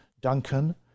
Duncan